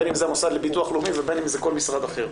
בין אם זה המוסד לביטוח לאומי ובין אם זה כל משרד אחר.